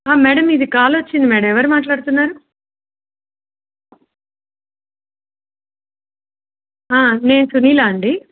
madam ఇది కాాలొచ్చింది madam ఎవరు మాట్లాడుతున్నారు నేను సునీలా అండి